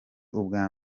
ubwa